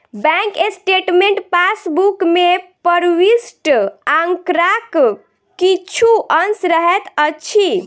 bank statement passbook मे प्रविष्ट आंकड़ाक किछु अंश रहैत अछि